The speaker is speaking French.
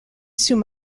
sous